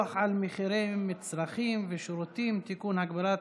ויכול להיות